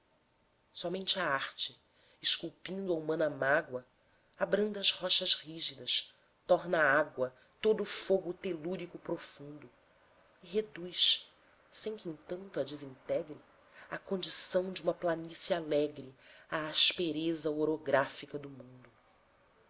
somente a arte esculpindo a humana mágoa abranda as rochas rígidas torna água todo o fogo telúrico profundo e reduz sem que entanto a desintegre à condição de uma planície alegre a aspereza orográfica do mundo